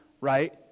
right